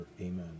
Amen